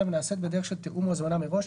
נעשית בדרך של תיאום או הזמנה מראש,